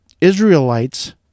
Israelites